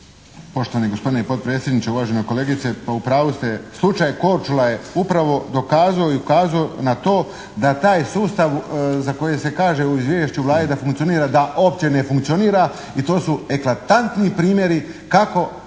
Poštovani gospodine potpredsjedniče, uvažena kolegice. Pa u pravu ste. Slučaj Korčula je upravo dokazao i ukazao na to da taj sustav za koji se kaže u izvješću Vlade da funkcionira da uopće ne funkcionira i to su eklatantni primjeri kako